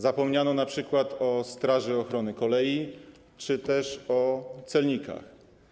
Zapomniano np. o Straży Ochrony Kolei czy też o celnikach.